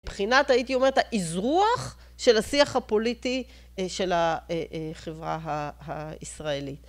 מבחינת הייתי אומרת האזרוח של השיח הפוליטי של החברה הישראלית.